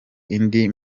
indi